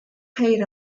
paid